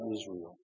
Israel